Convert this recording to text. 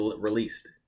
released